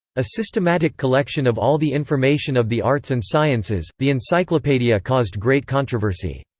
a systematic collection of all the information of the arts and sciences, the encyclopedia caused great controversy.